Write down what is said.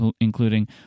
including